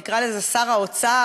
נקרא לזה שר האוצר,